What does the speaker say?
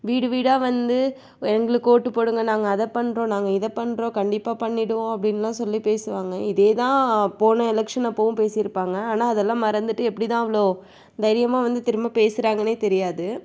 வீடு வீடாக வந்து எங்களுக்கு ஓட்டுப் போடுங்கள் நாங்கள் அதை பண்ணுறோம் நாங்கள் இதை பண்ணுறோம் கண்டிப்பாக பண்ணிவிடுவோம் அப்படின்லாம் சொல்லி பேசுவாங்க இதே தான் போன எலெக்ஷன் அப்போவும் பேசியிருப்பாங்க ஆனால் அதெல்லாம் மறந்துவிட்டு எப்படி தான் அவ்வளோ தைரியமாக வந்து திரும்ப பேசுகிறாங்கனே தெரியாது